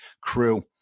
crew